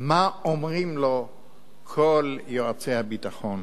מה אומרים לו כל יועצי הביטחון,